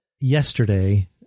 yesterday